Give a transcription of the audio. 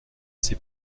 ses